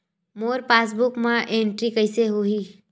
मोर passbook मा entry कइसे होही?